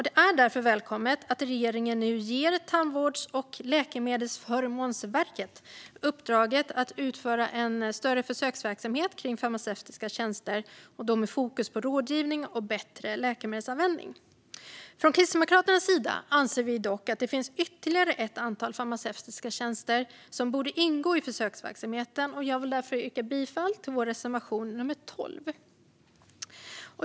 Det är därför välkommet att regeringen nu ger Tandvårds och läkemedelsförmånsverket uppdraget att utföra en större försöksverksamhet kring farmaceutiska tjänster med fokus på rådgivning och bättre läkemedelsanvändning. Från Kristdemokraternas sida anser vi dock att det finns ytterligare ett antal farmaceutiska tjänster som borde ingå i försöksverksamheten, och jag vill därför yrka bifall till vår reservation 12.